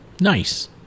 Nice